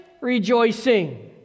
rejoicing